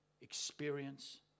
experience